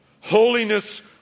Holiness